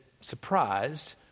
surprised